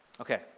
Okay